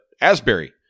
Asbury